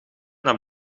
naar